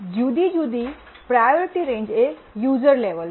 જુદી જુદી priority range એ યૂઝર લેવલ છે